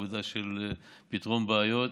עבודה של פתרון בעיות.